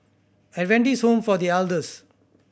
Adventist Home for The Elders